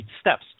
steps